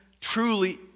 truly